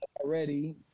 already